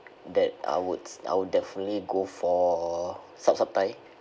that I would I would definitely go for saap saap thai